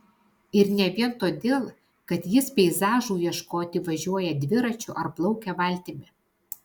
ir ne vien todėl kad jis peizažų ieškoti važiuoja dviračiu ar plaukia valtimi